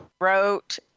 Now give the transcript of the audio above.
wrote